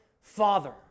Father